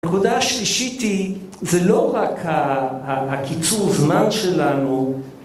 ‫הנקודה השלישית היא, ‫זה לא רק הקיצור זמן שלנו,